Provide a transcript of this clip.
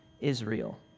Israel